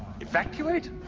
Evacuate